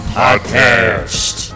podcast